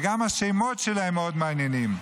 וגם השמות שלהם מעניינים מאוד: